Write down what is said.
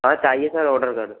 हाँ चाहिए sir order करनी